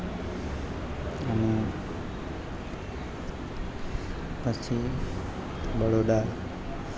અને પછી બરોડા